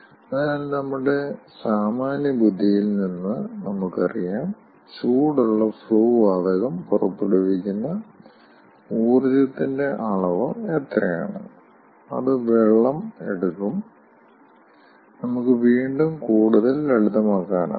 അതിനാൽ നമ്മുടെ സാമാന്യബുദ്ധിയിൽ നിന്ന് നമുക്ക് അറിയാം ചൂടുള്ള ഫ്ലൂ വാതകം പുറപ്പെടുവിക്കുന്ന ഊർജ്ജത്തിന്റെ അളവ് എത്രയാണ് അത് വെള്ളം എടുക്കും നമുക്ക് വീണ്ടും കൂടുതൽ ലളിതമാക്കാനാകും